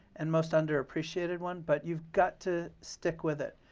and most underappreciated one, but you've got to stick with it.